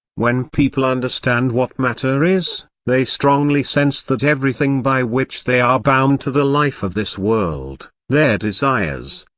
when people understand what matter is, they strongly sense that everything by which they are bound to the life of this world their desires,